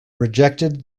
rejected